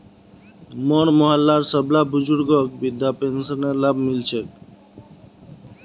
मोर मोहल्लार सबला बुजुर्गक वृद्धा पेंशनेर लाभ मि ल छेक